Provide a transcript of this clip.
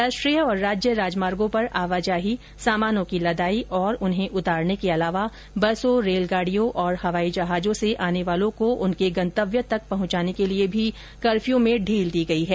राष्ट्रीय और राज्य राजमार्गों पर आवाजाही सामानों की लदाई और उन्हें उतारने के अलावा बसों रेलगाड़ियों और हवाई जहाजों से आने वालों को उनके गंतव्य तक पहुंचाने के लिए भी कफ़र्यू में ढील दी गई है